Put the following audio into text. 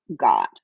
God